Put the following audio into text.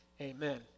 amen